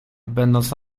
będąc